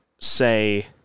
say